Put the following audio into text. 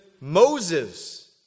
Moses